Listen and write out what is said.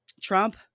Trump